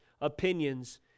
opinions